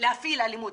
להפעיל אלימות.